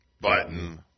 Button